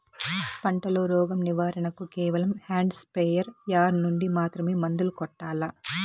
పంట లో, రోగం నివారణ కు కేవలం హ్యాండ్ స్ప్రేయార్ యార్ నుండి మాత్రమే మందులు కొట్టల్లా?